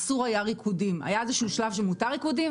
אסור היה ריקודים היה איזה שלב שמותר ריקודים,